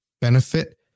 benefit